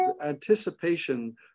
Anticipation